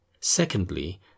secondly